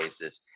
basis